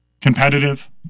competitive